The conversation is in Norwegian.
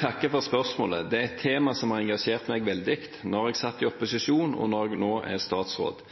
takker for spørsmålet. Det er et tema som har engasjert meg veldig – da jeg satt i opposisjon, og når jeg nå er statsråd.